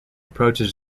approaches